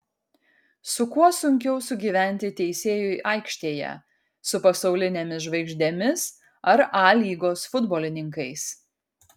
su kuo sunkiau sugyventi teisėjui aikštėje su pasaulinėmis žvaigždėmis ar a lygos futbolininkais